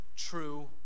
true